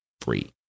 free